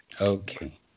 okay